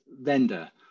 vendor